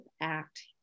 act